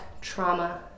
trauma